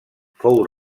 fou